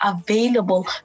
available